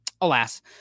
Alas